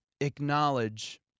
acknowledge